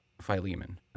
philemon